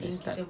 let's start